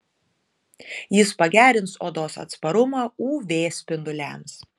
jis pagerins odos atsparumą uv spinduliams